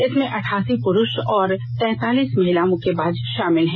इसमें अठासी पुरुष और तैतालीस महिला मुक्केबाज शामिल हैं